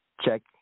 Check